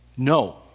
No